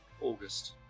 August